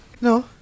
No